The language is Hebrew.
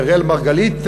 אראל מרגלית,